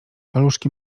paluszki